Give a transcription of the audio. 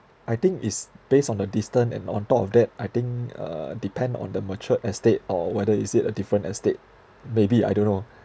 I think is based on the distance and on top of that I think uh depend on the mature estate or whether is it a different estate maybe I don't know